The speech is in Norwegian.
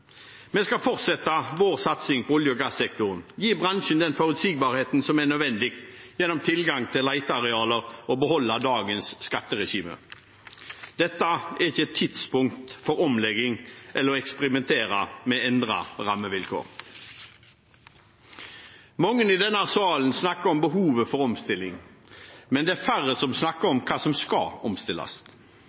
Vi skal fortsette vår satsing på olje- og gassektoren, gi bransjen den forutsigbarheten som er nødvendig gjennom tilgang til letearealer, og beholde dagens skatteregime. Dette er ikke tidspunktet for omlegging eller for å eksperimentere med endrede rammevilkår. Mange i denne salen snakker om behovet for omstilling, men det er færre som snakker om hva som skal omstilles.